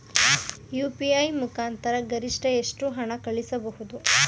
UPI ಮುಖಾಂತರ ಗರಿಷ್ಠ ಎಷ್ಟು ಹಣ ಕಳಿಸಬಹುದು?